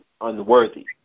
unworthy